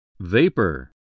Vapor